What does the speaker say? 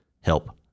help